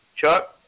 Chuck